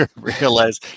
realize